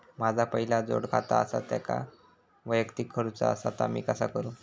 माझा पहिला जोडखाता आसा त्याका वैयक्तिक करूचा असा ता मी कसा करू?